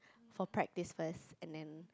for practice and then